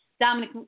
Dominic